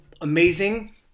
amazing